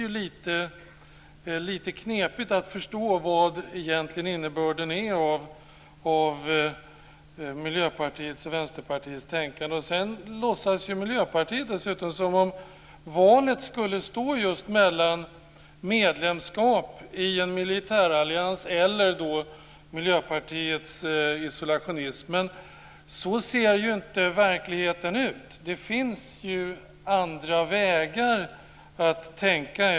Det blir lite knepigt att förstå vad innebörden egentligen är av Miljöpartiets och Sedan låtsas Miljöpartiet dessutom som om valet skulle stå mellan medlemskap i en militärallians eller Miljöpartiets isolationism. Men så ser ju inte verkligheten ut. Det finns andra vägar att gå.